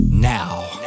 Now